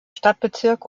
stadtbezirk